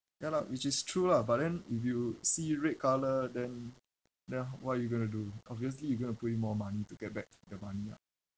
ya lah which is true lah but then if you see red colour then then h~ what you're going to do obviously you going to put in more money to get back the money [what]